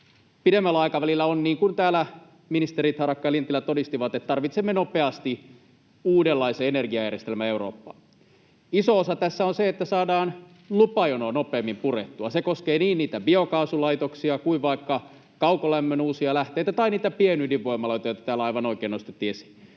pidemmällä aikavälillä on niin kuin täällä ministerit Harakka ja Lintilä todistivat, että tarvitsemme nopeasti uudenlaisen energiajärjestelmän Eurooppaan. Iso osa tässä on se, että saadaan lupajonoa nopeammin purettua. Se koskee niin niitä biokaasulaitoksia kuin vaikka kaukolämmön uusia lähteitä tai niitä pienydinvoimaloita, joita täällä aivan oikein nostettiin esiin.